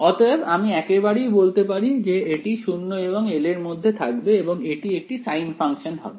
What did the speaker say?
অতএব আমি একেবারেই বলতে পারি যে এটি 0 এবং l এর মধ্যে থাকবে এবং এটি একটি সাইন ফাংশন হবে